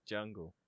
Jungle